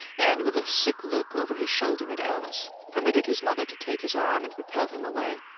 and, with a sick look over his shoulder at alice, permitted his mother to take his arm and propel him away.